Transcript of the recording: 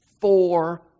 Four